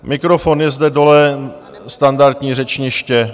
Mikrofon je zde dole, standardní řečniště.